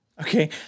Okay